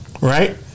right